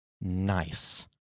nice